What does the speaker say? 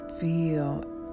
Feel